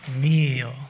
meal